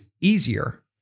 easier